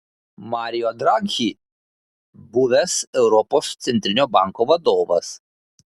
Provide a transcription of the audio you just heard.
mario draghi buvęs europos centrinio banko vadovas